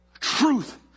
Truth